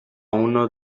uno